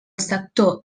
sector